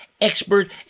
expert